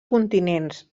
continents